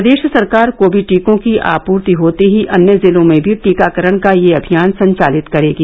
प्रदेश सरकार कोविड टीकों की आपूर्ति होते ही अन्य जिलों में भी टीकाकरण का यह अभियान संचालित करेगी